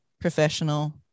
professional